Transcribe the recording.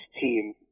team